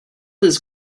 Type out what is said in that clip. this